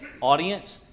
audience